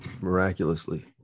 miraculously